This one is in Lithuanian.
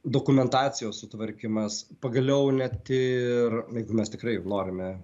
dokumentacijos sutvarkymas pagaliau net ir jeigu mes tikrai norime